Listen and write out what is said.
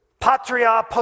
Patria